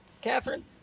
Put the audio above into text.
Catherine